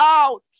out